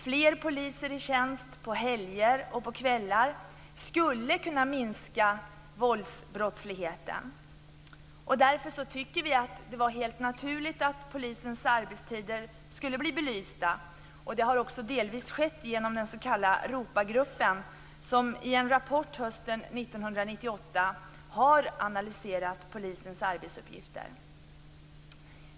Fler poliser i tjänst på helger och kvällar skulle kunna minska våldsbrottsligheten. Därför tycker vi att det är helt naturligt att polisens arbetstider blir belysta, och det har också delvis skett genom den s.k. ROPA-gruppen, som i en rapport hösten 1998 har analyserat polisens arbetsuppgifter.